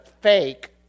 fake